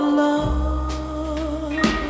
love